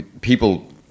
people